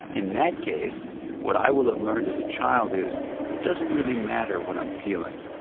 in that case what i will have learned as a child is it doesn't really matter what i'm feeling,